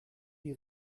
die